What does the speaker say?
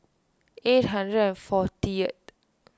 eight hundred and forty